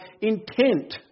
intent